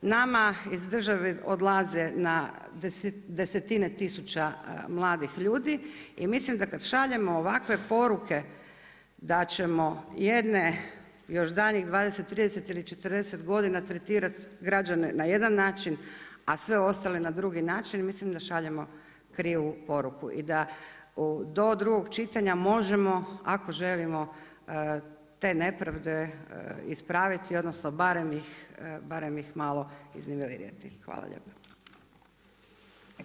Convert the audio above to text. Nama iz države odlaze na desetine tisuća mladih ljudi i mislim da kad šaljemo ovakve poruke da ćemo jedne još daljnjih 20, 30 ili 40 godina tretirati građane na jedan način, a sve ostale na drugi način mislim da šaljemo krivu poruku i da do drugog čitanja možemo ako želimo te nepravde ispraviti, odnosno barem ih malo iznivelirati.